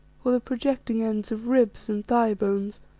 or the projecting ends of ribs and thigh bones.